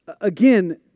again